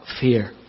fear